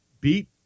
beat